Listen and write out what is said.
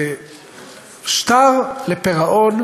זה שטר לפירעון,